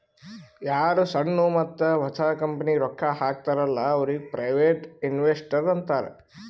ಯಾರು ಸಣ್ಣು ಮತ್ತ ಹೊಸ ಕಂಪನಿಗ್ ರೊಕ್ಕಾ ಹಾಕ್ತಾರ ಅಲ್ಲಾ ಅವ್ರಿಗ ಪ್ರೈವೇಟ್ ಇನ್ವೆಸ್ಟರ್ ಅಂತಾರ್